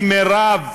מירב,